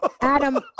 Adam